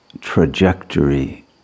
trajectory